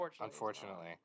unfortunately